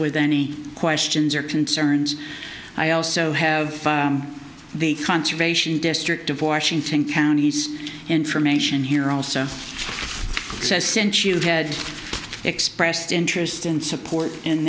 with any questions or concerns i also have the conservation district of washington counties information here also says since you had expressed interest and support in